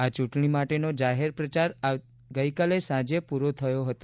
આ ચૂંટણી માટેનો જાહેરપ્રચાર ગઇકાલે સાંજે પૂરો થયો હતો